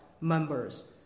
members